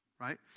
right